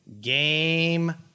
Game